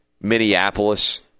Minneapolis